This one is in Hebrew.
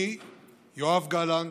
יואב גלנט,